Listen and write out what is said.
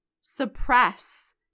suppress